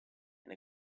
and